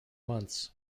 months